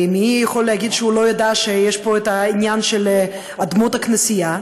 הרי מי יכול להגיד שהוא לא ידע שיש פה עניין של אדמות כנסייה,